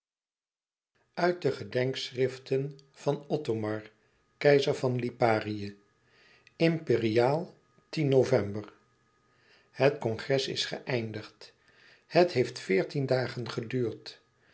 uit de gedenkschriften van othomar keizer van iparië mperiaal in ovember et ongres is geëindigd het heeft veertien dagen geduurd